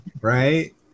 Right